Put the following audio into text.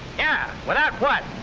yeah! without what?